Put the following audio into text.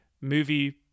movie